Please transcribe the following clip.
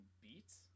beats